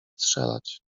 strzelać